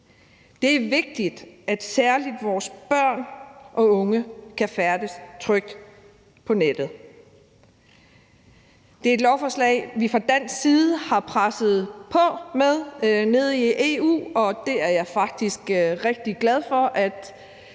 Det er vigtigt, at særlig vores børn og unge kan færdes trygt på nettet. Det her er et lovforslag om noget, som vi fra dansk side har presset på med nede i EU, og det er noget, som jeg faktisk er rigtig glad for at